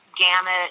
gamut